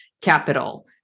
capital